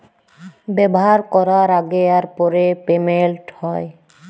ব্যাভার ক্যরার আগে আর পরে পেমেল্ট হ্যয়